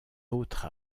autre